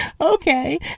okay